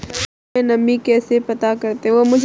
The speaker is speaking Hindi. फसल में नमी कैसे पता करते हैं?